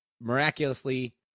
miraculously